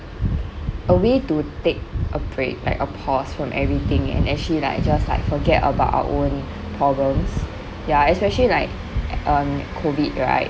a way to take a break like a pause from everything and actually like just like forget about our own problems ya especially like um COVID right